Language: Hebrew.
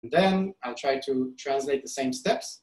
And then I'll try to translate the same steps.